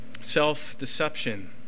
Self-deception